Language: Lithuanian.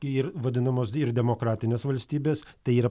ir vadinamos ir demokratinės valstybės tai yra